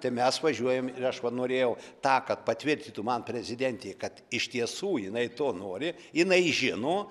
tai mes važiuojam ir aš va norėjau tą kad patvirtintų man prezidentė kad iš tiesų jinai to nori jinai žino